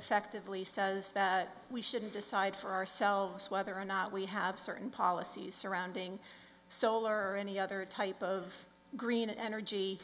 effectively says we shouldn't decide for ourselves whether or not we have certain policies surrounding solar or any other type of green energy